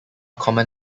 common